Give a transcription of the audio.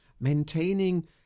maintaining